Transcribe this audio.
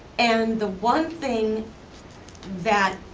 and the one thing that